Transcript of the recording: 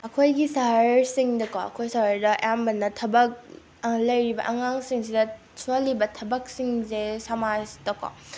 ꯑꯩꯈꯣꯏꯒꯤ ꯁꯍꯔꯁꯤꯡꯗꯀꯣ ꯑꯩꯈꯣꯏ ꯁꯍꯔꯗ ꯑꯌꯥꯝꯕꯅ ꯊꯕꯛ ꯂꯩꯔꯤꯕ ꯑꯉꯥꯡꯁꯤꯡꯁꯤꯗ ꯁꯨꯍꯜꯂꯤꯕ ꯊꯕꯛꯁꯤꯡꯁꯦ ꯁꯃꯥꯖꯇꯀꯣ